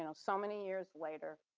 you know so many years later,